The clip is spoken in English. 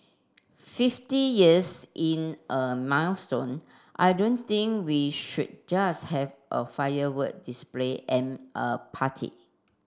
fifty years in a milestone I don't think we should just have a firework display and a party